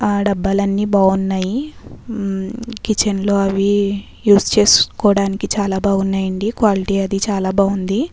డబ్బాలన్నీ బాగున్నాయి కిచెన్లో అవి యూజ్ చేసుకోవడానికి చాలా బాగున్నాయండి క్వాలిటీ అది చాలా బాగుంది